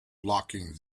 locking